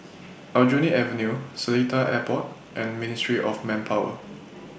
Aljunied Avenue Seletar Airport and Ministry of Manpower